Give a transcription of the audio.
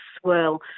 swirl